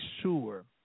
sure